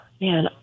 man